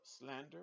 slander